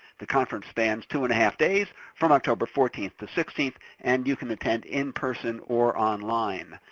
the conference spans two and a half days, from october fourteenth to sixteenth, and you can attend in person or online.